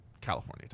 California